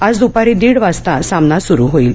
आज दुपारी दीड वाजता सामना सुरु होईल